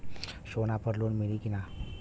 सोना पर लोन मिली की ना?